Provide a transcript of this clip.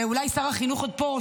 ואולי שר החינוך עוד פה,